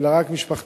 אלא רק משפחתונים.